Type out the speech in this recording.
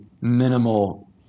minimal